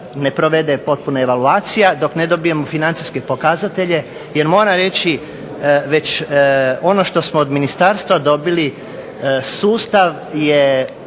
ne provede potpuna evaluacija, dok ne dobijemo financijske pokazatelje, jer mora reći već ono što smo od Ministarstva dobili, sustav je